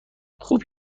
خوب